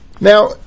Now